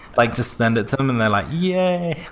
like just send it to them and they're like, yeah!